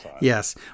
Yes